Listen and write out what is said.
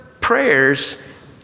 prayers